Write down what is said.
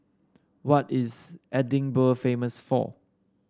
what is Edinburgh famous for